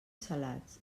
salats